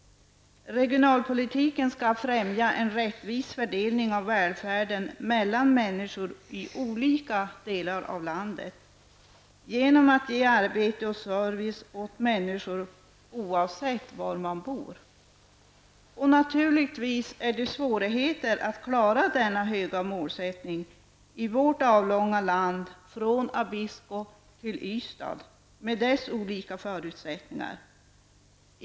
Regionalpolitiken skall främja en rättvis fördelning av välfärden mellan människor i olika delar av landet genom att se till att människor får arbete och service oavsett var de bor. Naturligtvis innebär det svårigheter att klara detta högt ställda mål i vårt avlånga land, från Abisko till Ystad, med de olika förutsättningar som finns i olika delar av landet.